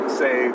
say